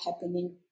happening